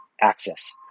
access